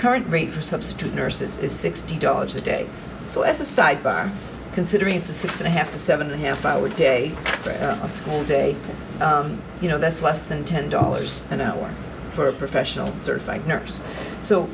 current rate for substitute nurses is sixty dollars a day so as a side bar considering it's a six and a half to seven a half hour day for a school day you know that's less than ten dollars an hour for a professional certified nurse so